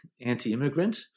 anti-immigrant